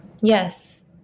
Yes